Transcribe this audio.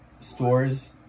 stores